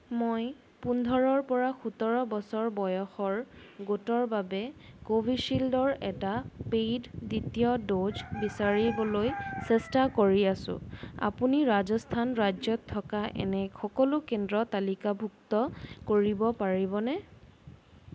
মই পোন্ধৰৰ পৰা সোতৰ বছৰ বয়সৰ গোটৰ বাবে কোভিচিল্ডৰ এটা পেইড দ্বিতীয় ড'জ বিচাৰিবলৈ চেষ্টা কৰি আছোঁ আপুনি ৰাজস্থান ৰাজ্যত থকা এনে সকলো কেন্দ্ৰ তালিকাভুক্ত কৰিব পাৰিবনে